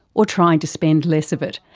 or trying to spend less of it,